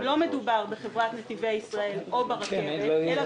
אם לא מדובר בחברת נתיבי ישראל או ברכבת אלא